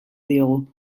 diogu